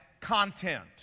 content